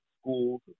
schools